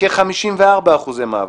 כ-54% מעבר,